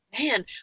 man